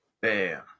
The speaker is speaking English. Bam